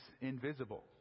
invisible